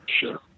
Sure